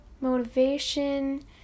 motivation